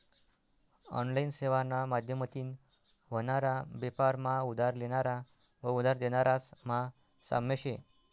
online सेवाना माध्यमतीन व्हनारा बेपार मा उधार लेनारा व उधार देनारास मा साम्य शे